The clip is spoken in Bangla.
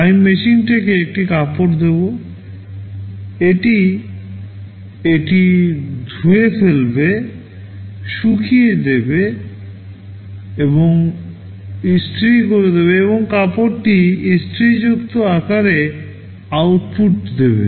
আমি মেশিনটিকে একটি কাপড় দেব এটি এটিকে ধুয়ে ফেলবে শুকিয়ে যাবে ইস্ত্রি করে দেবে এবং কাপড়টি ইস্ত্রিযুক্ত আকারে আউটপুট দেয়